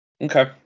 Okay